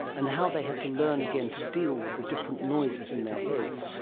and how they had to learn again to deal with the different noises in their heads,